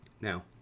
now